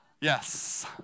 Yes